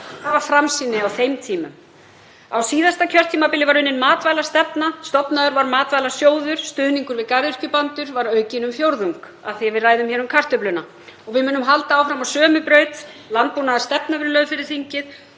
Það var framsýni á þeim tímum. Á síðasta kjörtímabili var unnin matvælastefna, stofnaður matvælasjóður og stuðningur við garðyrkjubændur aukinn um fjórðung, af því að við ræðum hérna um kartöfluna. Við munum halda áfram á sömu braut, landbúnaðarstefna verður lögð fyrir þingið